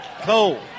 Cole